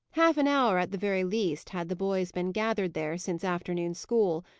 half an hour, at the very least, had the boys been gathered there since afternoon school,